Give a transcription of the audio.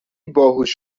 باهوش